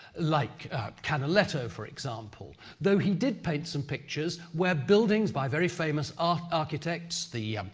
like canaletto, for example, though he did paint some pictures where buildings by very famous ah architects the